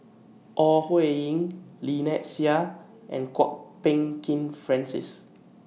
Ore Huiying Lynnette Seah and Kwok Peng Kin Francis